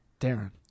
Darren